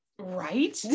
right